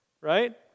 Right